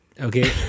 okay